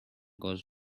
goes